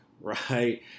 right